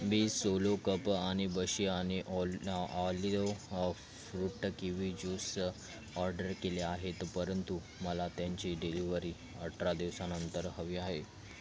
मी solo cup आणि बशी आणि all olio fruit kiwi juice order केले आहेत परंतु मला त्यांची डिलिवरी अठरा दिवसांनंतर हवी आहे